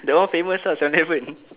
that one famous lah seven eleven